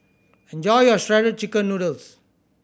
enjoy your Shredded Chicken Noodles